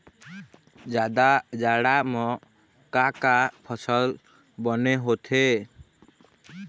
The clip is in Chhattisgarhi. जादा जाड़ा म का का फसल बने होथे?